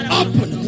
open